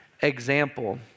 example